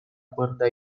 cuerda